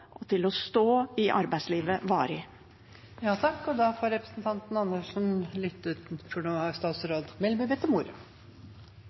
og for å stå i arbeidslivet, varig. Da får representanten Andersen lytte, for nå har